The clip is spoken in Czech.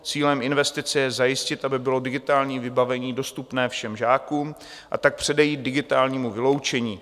Cílem investice je zajistit, aby bylo digitální vybavení dostupné všem žákům, a tak předejít digitálnímu vyloučení.